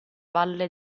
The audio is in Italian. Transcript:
valle